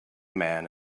man